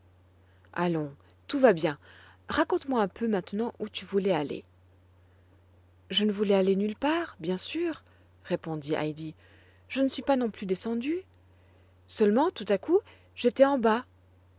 allons tout va bien raconte-moi un peu maintenant où tu voulais aller je ne voulais aller nulle part bien sûr répondit heidi je ne suis pas non plus descendue seulement tout à coup j'étais en bas